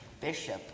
Bishop